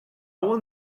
will